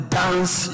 dance